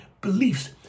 beliefs